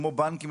כמו בנקים,